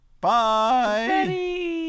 Bye